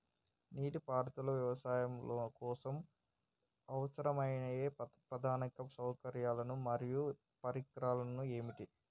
నీటిపారుదల వ్యవసాయం కోసం అవసరమయ్యే ప్రధాన సౌకర్యాలు మరియు పరికరాలు ఏమిటి?